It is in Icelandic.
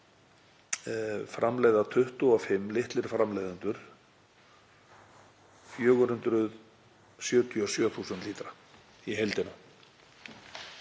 framleiða 25 litlir framleiðendur 477.000 lítra í heildina.